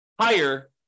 higher